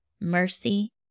mercy